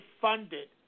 funded